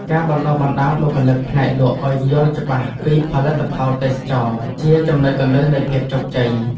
ការបណ្តុះបណ្តាលបុគ្គលិកផ្នែកលក់ឱ្យយល់ច្បាស់ពីផលិតផលទេសចរណ៍ជាចំណុចគន្លឹះនៃភាពជោគជ័យ។